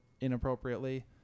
inappropriately